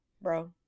bro